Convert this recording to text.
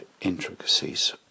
intricacies